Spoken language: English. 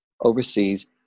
overseas